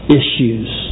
issues